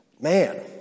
man